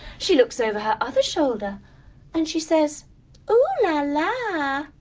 she looks over her other shoulder and she says ooo-la-la.